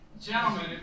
Gentlemen